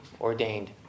ordained